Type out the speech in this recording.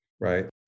right